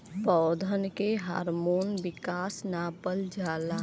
पौधन के हार्मोन विकास नापल जाला